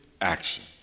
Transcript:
action